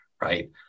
right